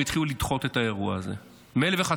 והתחילו לדחות את האירוע הזה מאלף ואחת